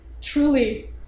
truly